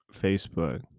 Facebook